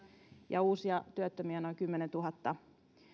ja uusia työttömiä noin kymmenenteentuhannenteen